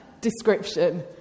description